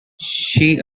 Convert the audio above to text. she